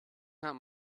not